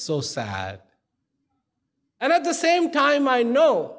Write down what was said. so sad and at the same time i know